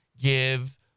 give